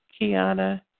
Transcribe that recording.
Kiana